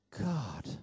God